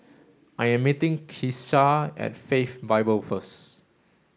I am meeting Kisha at Faith Bible first